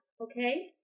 okay